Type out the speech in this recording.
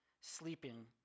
sleeping